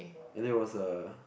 and it was a